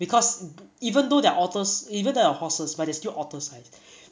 because even though they're otter~ even though they're horses but they're still otter-sized